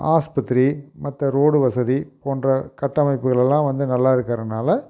ஆஸ்பத்திரி மற்ற ரோடு வசதி போன்ற கட்டமைப்புகளெலாம் வந்து நல்லா இருக்கறதுனால